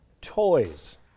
Toys